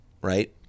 right